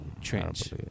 trench